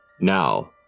Now